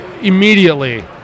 immediately